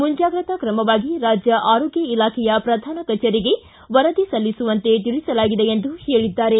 ಮುಂಜಾಗೃತಾ ಕ್ರಮವಾಗಿ ರಾಜ್ಯ ಆರೋಗ್ಯ ಇಲಾಖೆಯ ಶ್ರಧಾನ ಕಚೇರಿಗೆ ವರದಿ ಸಲ್ಲಿಸುವಂತೆ ತಿಳಿಸಲಾಗಿದೆ ಎಂದು ಹೇಳದ್ದಾರೆ